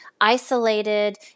isolated